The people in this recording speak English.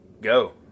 Go